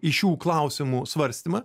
į šių klausimų svarstymą